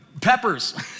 peppers